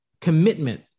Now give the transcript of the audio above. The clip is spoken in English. commitment